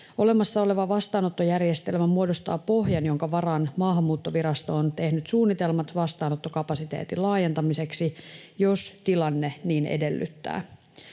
Olemassa oleva vastaanottojärjestelmä muodostaa pohjan, jonka varaan Maahanmuuttovirasto on tehnyt suunnitelmat vastaanottokapasiteetin laajentamiseksi, jos tilanne niin edellyttää.